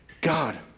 God